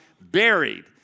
buried